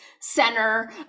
center